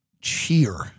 Cheer